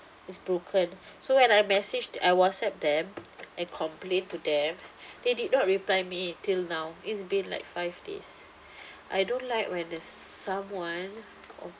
it's broken so when I messaged I whatsapp them and complain to them they did not reply me till now it's been like five days I don't like when there's someone